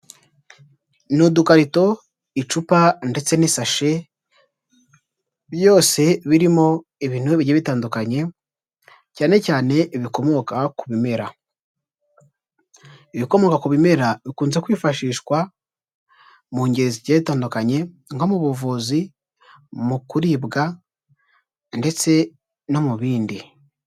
Ni udukarito, icupa, ndetse n'isashi, byose birimo ibintu bigiye bitandukanye, cyane cyane bikomoka ku bimera, ibikomoka ku bimera bikunze kwifashishwa mu ngeri zigiye zitandukanye, nko mu buvuzi, mu kuribwa, ndetse no mu bindi.